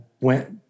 went